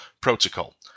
protocol